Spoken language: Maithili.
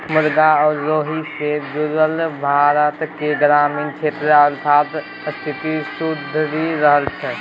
मुरगा आ ओहि सँ जुरल भारतक ग्रामीण क्षेत्रक आर्थिक स्थिति सुधरि रहल छै